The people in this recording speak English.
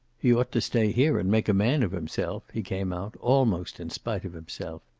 he ought to stay here, and make a man of himself, he came out, almost in spite of himself.